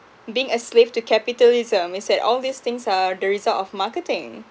being a slave to capitalism it's that all these things are the result of marketing